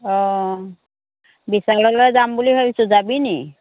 অ' বিশাললৈ যাম বুলি ভাবিছোঁ যাবি নেকি